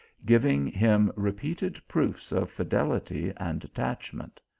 giving him repeated proofs of fidelity and attachment.